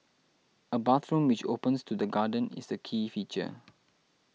a bathroom which opens to the garden is the key feature